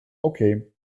okay